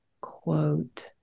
quote